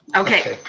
okay.